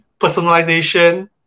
personalization